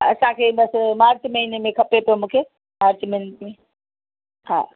असांखे बसि मार्च महीने में खपे पोइ मूंखे मार्च महीने में हा